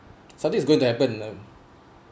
something is going to happen uh